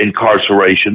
incarceration